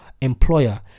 employer